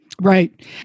Right